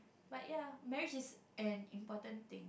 but ya marriage is an important thing